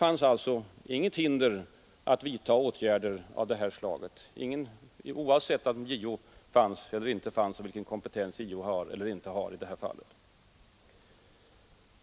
Då mötte alltså inga betänkligheter mot att vidta åtgärder av det slag vi moderater föreslagit, oavsett en eventuell prövning av JO.